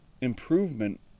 improvement